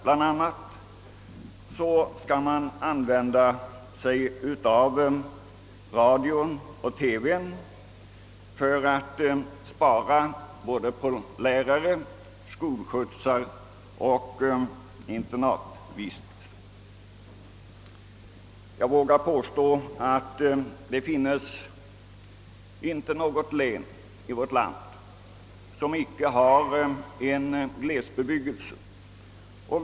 På så sätt skulle man kunna spara både på lärare, skolskjutsar och internatvistelse. Jag vågar påstå att det inte finns något län i vårt land som inte har en glesbebyggelse.